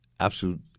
absolute